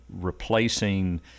replacing